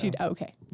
Okay